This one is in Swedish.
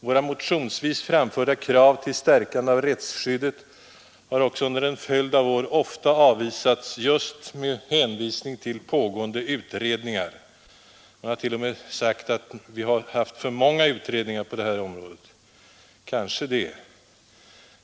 Våra motionsvis framförda krav på stärkande av rättsskyddet har också under en följd av år ofta avvisats just med hänvisning till olika pågående utredningar. Man har t.o.m. sagt att vi haft för många utredningar på detta område. Kanske det.